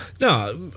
No